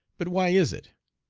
but why is it?